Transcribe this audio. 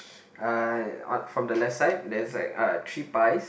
uh on from the left side there's like uh three pies